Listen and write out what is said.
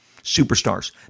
superstars